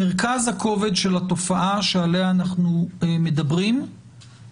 מרכז הכובד של התופעה שעליה אנחנו מדברים